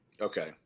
Okay